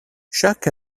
chaque